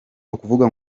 ukuvuga